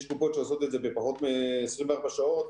יש קופות שעושות את זה בפחות מ-24 שעות,